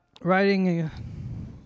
writing